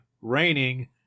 raining